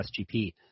SGP